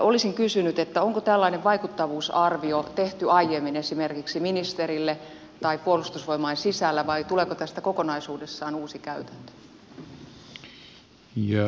olisin kysynyt onko tällainen vaikuttavuusarvio tehty aiemmin esimerkiksi ministerille tai puolustusvoimain sisällä vai tuleeko tästä kokonaisuudessaan uusi käytäntö